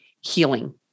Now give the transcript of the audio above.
healing